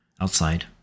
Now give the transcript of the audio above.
Outside